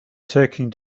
taking